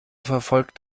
verfolgt